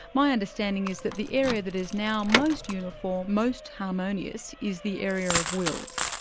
my understanding is that the area that is now most uniform, most harmonious, is the area of wills.